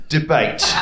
Debate